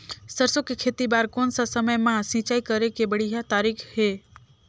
सरसो के खेती बार कोन सा समय मां सिंचाई करे के बढ़िया तारीक हे?